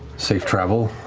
safe travel.